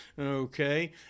Okay